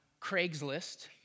Craigslist